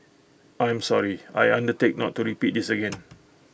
I'm sorry I undertake not to repeat this again